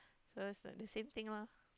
so it's like the same thing lah